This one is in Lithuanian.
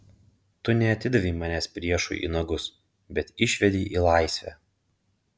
tu neatidavei manęs priešui į nagus bet išvedei į laisvę